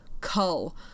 Cull